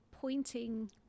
pointing